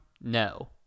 No